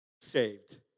saved